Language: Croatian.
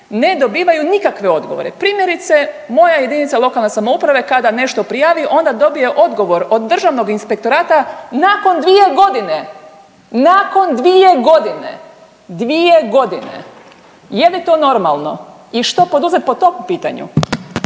ne dobivaju nikakve odgovore. Primjerice moja jedinice lokalne samouprave kada nešto prijavi onda dobije odgovor od Državnog inspektorata nakon dvije godine, nakon dvije godine, dvije godine. Je li to normalno i što poduzet po tom pitanju?